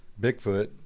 Bigfoot